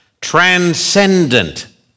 transcendent